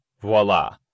voila